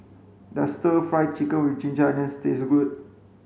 does stir fry chicken with ginger onions taste good